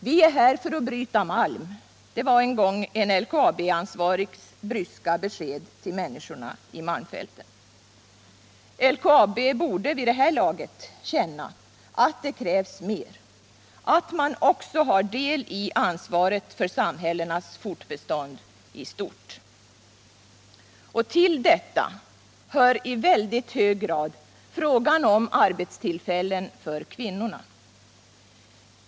”Vi är här för att bryta malm”, var en gång en LKAB ansvarigs bryska besked till människorna i malmfälten. LKAB borde vid det här laget känna att det krävs mer, att man också har del i ansvaret för samhällenas fortbestånd i stort. Till det hör i väldigt hög grad frågan om arbetstillfällen för kvinnorna.